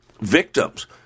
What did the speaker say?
victims